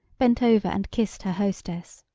bent over and kissed her hostess.